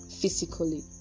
physically